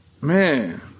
Man